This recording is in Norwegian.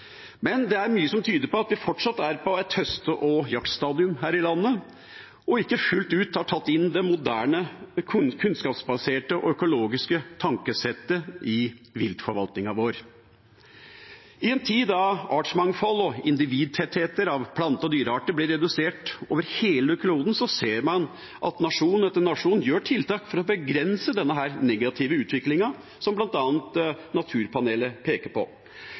men det er mye som tyder på at vi fortsatt er på et høste- og jaktstadium her i landet, og ikke fullt ut har tatt inn det moderne, kunnskapsbaserte og økologiske tankesettet i viltforvaltningen vår. I en tid da artsmangfold og individtettheter av plante- og dyrearter blir redusert over hele kloden, ser man at nasjon etter nasjon gjør tiltak for å begrense denne negative utviklingen, som bl.a. naturpanelet peker på.